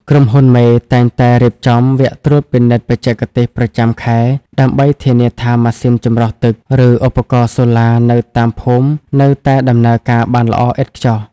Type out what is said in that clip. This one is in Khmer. ក្រុមហ៊ុនមេតែងតែរៀបចំ "វគ្គត្រួតពិនិត្យបច្ចេកទេសប្រចាំខែ" ដើម្បីធានាថាម៉ាស៊ីនចម្រោះទឹក ឬឧបករណ៍សូឡានៅតាមភូមិនៅតែដំណើរការបានល្អឥតខ្ចោះ។